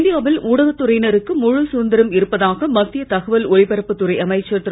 இந்தியாவில் ஊடகத் துறையினருக்கு முழு சுதந்திரம் இருப்பதாக மத்திய தகவல் ஒலிபரப்புத் துறை அமைச்சர் திரு